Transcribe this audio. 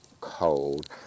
cold